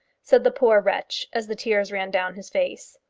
said the poor wretch, as the tears ran down his face.